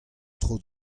tro